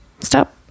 Stop